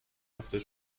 after